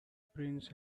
prince